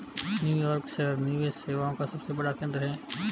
New York शहर निवेश सेवाओं का सबसे बड़ा केंद्र है